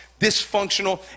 dysfunctional